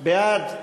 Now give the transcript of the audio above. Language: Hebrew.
בעד,